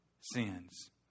sins